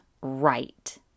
right